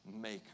maker